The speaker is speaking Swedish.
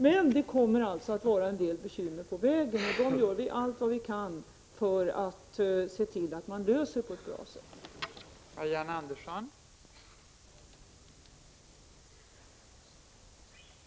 Men det kommer alltså att vara en del bekymmer på vägen, och vi gör allt vad vi kan för att se till att man löser problemen på ett bra sätt.